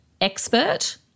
expert